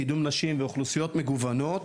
קידום נשים ואוכלוסיות מגוונות.